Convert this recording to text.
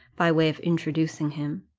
by way of introducing him.